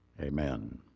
Amen